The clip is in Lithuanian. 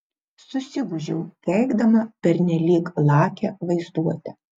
susigūžiau keikdama pernelyg lakią vaizduotę